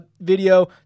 video